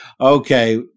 Okay